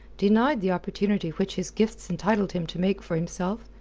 denied the opportunity which his gifts entitled him to make for himself,